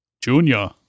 Junior